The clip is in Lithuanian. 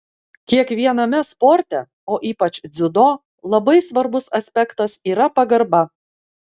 kiekviename sporte o ypač dziudo labai svarbus aspektas yra pagarba